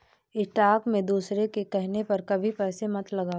stock में दूसरों के कहने पर कभी पैसे मत लगाओ